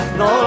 no